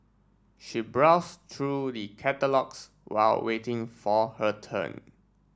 she brows through the catalogues while waiting for her turn